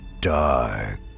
dark